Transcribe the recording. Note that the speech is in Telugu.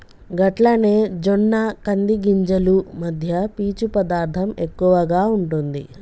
గట్లనే జొన్న కంది గింజలు మధ్య పీచు పదార్థం ఎక్కువగా ఉంటుంది